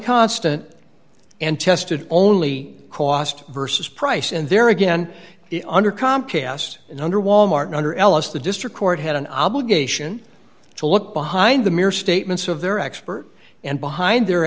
constant and tested only cost versus price and there again under comcast and under wal mart under l us the district court had an obligation to look behind the mirror statements of their expert and behind their